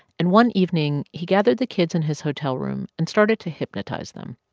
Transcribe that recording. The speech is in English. and one evening, he gathered the kids in his hotel room and started to hypnotize them.